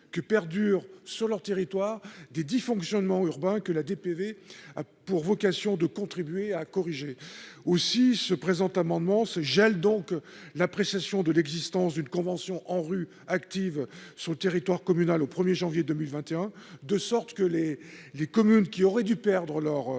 que perdure sur leur territoire des dysfonctionnements urbains que la DPV a pour vocation de contribuer à corriger aussi se présent amendement ce gel, donc la appréciation de l'existence d'une convention ANRU active sur le territoire communal au 1er janvier 2021, de sorte que les les communes qui auraient dû perdre leur